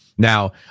Now